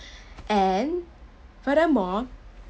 and furthermore